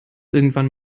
irgendwann